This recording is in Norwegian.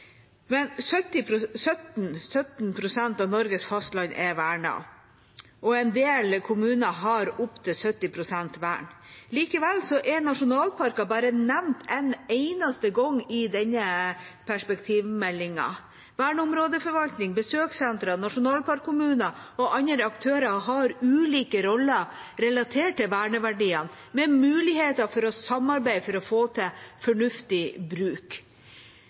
17 pst. av Norges fastland er vernet, og en del kommuner har opptil 70 pst. vern. Likevel er nasjonalparkene bare nevnt en eneste gang i denne perspektivmeldinga. Verneområdeforvaltningen, besøkssentrene, nasjonalparkkommunene og andre aktører har ulike roller relatert til verneverdiene, med muligheter for å samarbeide for å få til en fornuftig bruk.